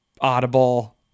Audible